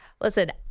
Listen